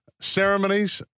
ceremonies